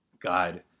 God